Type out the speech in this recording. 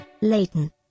Leighton